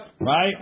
right